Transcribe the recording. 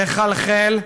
תחלחל,